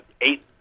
eight